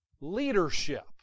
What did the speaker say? leadership